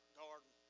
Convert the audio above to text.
garden